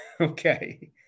Okay